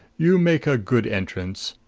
you make a good entrance!